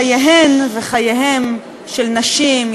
וחייהן וחייהם של נשים,